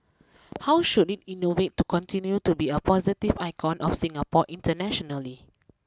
how should it innovate to continue to be a positive icon of Singapore internationally